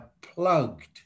plugged